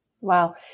Wow